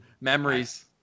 memories